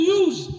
use